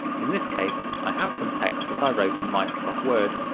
in this case, i have some text that i wrote in microsoft word,